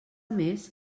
més